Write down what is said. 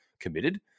committed